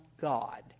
God